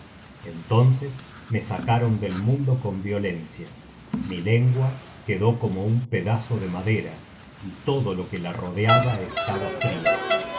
entonces me sacaron del mundo con violencia mi lengua quedó como un pedazo de madera y todo lo que la rodeaba estaba frio